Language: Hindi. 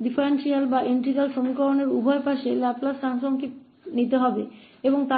गए अंतर या इंटीग्रल समीकरणों के दोनों तरफ लैपलेस ट्रांसफॉर्म करने की आवश्यकता है